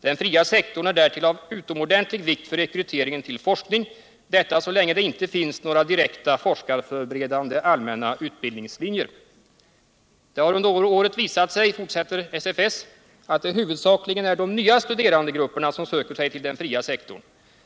Den fria sektorn är därtill av utomordentlig vikt för rekryteringen till forskning, detta så länge det inte finns några direkta forskarförberedande allmänna utbildningslinjer. Det har under året visat sig att det huvudsakligen är de nya studerandegrupperna, som söker sig till den fria sektorn.